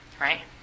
right